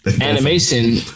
Animation